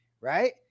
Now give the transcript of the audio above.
right